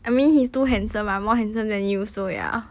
I mean he's too handsome ah more handsome than you so ya